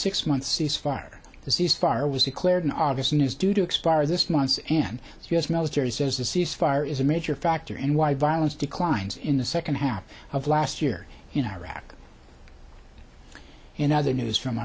six month cease fire the cease fire was declared an obvious news due to expire this months and u s military says the cease fire is a major factor in why violence declines in the second half of last year in iraq in other news from